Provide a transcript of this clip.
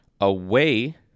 away